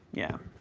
yeah,